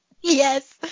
Yes